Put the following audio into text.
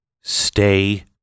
stay